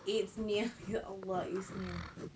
it's near ya allah it's near